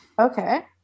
Okay